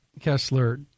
Kessler